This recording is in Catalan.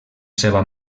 seva